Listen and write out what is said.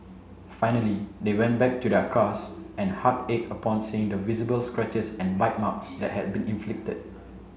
finally they went back to their cars and heart ached upon seeing the visible scratches and bite marks that had been inflicted